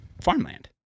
farmland